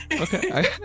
Okay